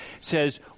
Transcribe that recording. says